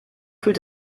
fühlt